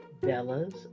Bella's